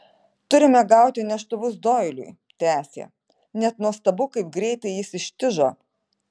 turime gauti neštuvus doiliui tęsė net nuostabu kaip greitai jis ištižo